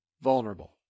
vulnerable